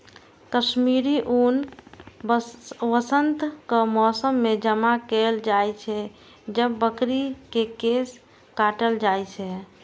कश्मीरी ऊन वसंतक मौसम मे जमा कैल जाइ छै, जब बकरी के केश काटल जाइ छै